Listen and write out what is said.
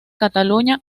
cataluña